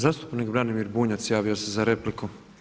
Zastupnik Branimir Bunjac, javio se za repliku.